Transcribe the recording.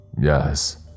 Yes